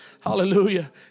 Hallelujah